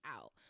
out